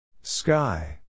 Sky